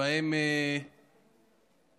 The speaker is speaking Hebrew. ובהם